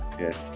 Yes